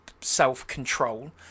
self-control